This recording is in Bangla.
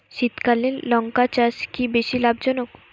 শীতকালে লঙ্কা চাষ কি বেশী লাভজনক?